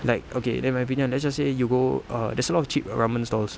like okay then in my opinion let's just say you go uh there's a lot of cheap ramen stalls